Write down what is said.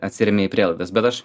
atsiremia į prielaidas bet aš